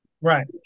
right